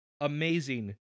amazing